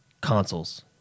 consoles